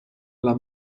alla